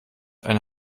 eine